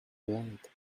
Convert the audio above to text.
late